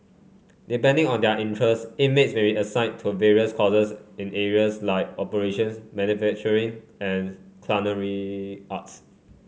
depending on their interest inmates may be assigned to various courses in areas like operations manufacturing and culinary arts